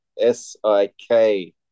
s-i-k